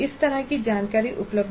उस तरह की जानकारी उपलब्ध नहीं है